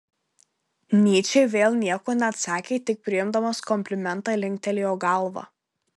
nyčė vėl nieko neatsakė tik priimdamas komplimentą linktelėjo galva